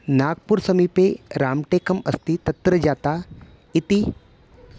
नाग्पुर्समीपे राम्टेकम् अस्ति तत्र जाता इति